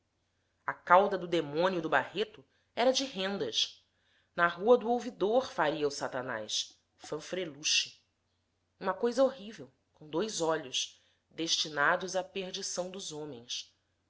a cauda do demônio do barreto era de rendas na rua do ouvidor faria o satanás fanfreluche uma coisa horrível com dois olhos destinados à perdição dos homens